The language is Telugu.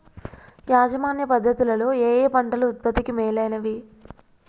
యాజమాన్య పద్ధతు లలో ఏయే పంటలు ఉత్పత్తికి మేలైనవి?